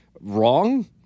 wrong